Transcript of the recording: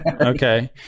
Okay